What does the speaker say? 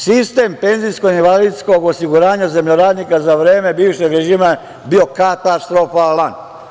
Sistem penzijskog i invalidskog osiguranja zemljoradnika za vreme bivšeg režima bio katastrofalan.